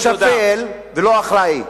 זו התרת דם, זה מעשה שפל ולא אחראי.